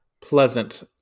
pleasant